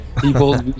people